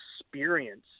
experience